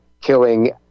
killing